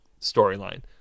storyline